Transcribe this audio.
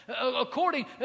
according